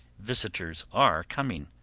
visitors are coming.